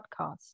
podcast